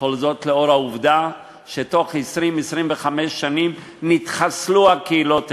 כל זאת לנוכח העובדה שבתוך 20 25 שנים נתחסלו הקהילות היהודיות,